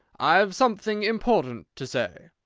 i've something important to say!